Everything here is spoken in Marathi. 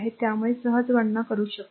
त्यामुळे सहज गणना करू शकतो